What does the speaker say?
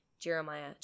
Jeremiah